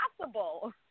possible